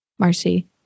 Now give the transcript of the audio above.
Marcy